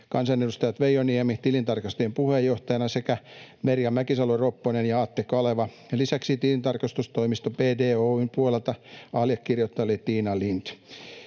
kansanedustajat Veijo Niemi tilintarkastajien puheenjohtajana sekä Merja Mäkisalo-Ropponen ja Atte Kaleva, ja lisäksi tilintarkastustoimisto BDO Oy:n puolelta allekirjoittajana oli Tiina Lind.